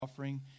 Offering